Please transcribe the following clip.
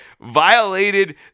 violated